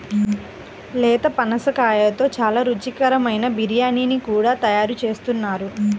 లేత పనసకాయతో చాలా రుచికరమైన బిర్యానీ కూడా తయారు చేస్తున్నారు